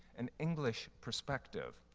an english perspective.